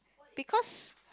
because